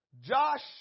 josh